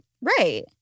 Right